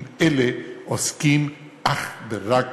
אם אלה עוסקים אך ורק